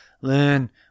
learn